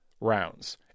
Rounds